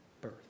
birth